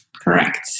Correct